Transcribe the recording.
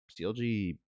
clg